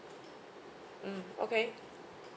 mm okay